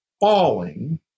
falling